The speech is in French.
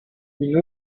une